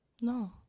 No